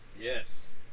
Yes